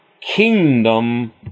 kingdom